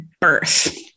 birth